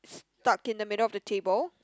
tuck in the middle of the table